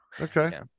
Okay